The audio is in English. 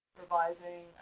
revising